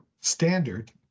standard